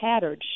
tattered